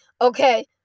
Okay